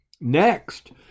Next